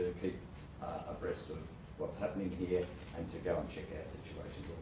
keep abreast of what's happening here and to go and check out situations